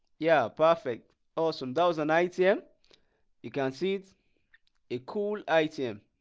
yeah perfect awesome that was an itm you can see it a cool item